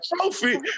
trophy